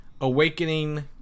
Awakening